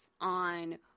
on